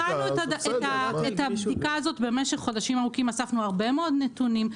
ובחנו את הבדיקה הזאת במשך חודשים ארוכים אספנו הרבה מאוד נתונים,